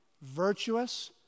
virtuous